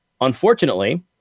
unfortunately